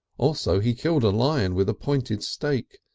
also he killed a lion with a pointed stake,